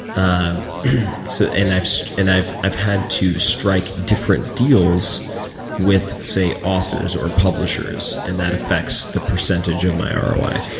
ah so and i've so and i've had to strike different deals with, say, authors or publishers. and that affects the percentage of my ah roi. ah